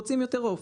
רוצים יותר עוף,